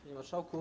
Panie Marszałku!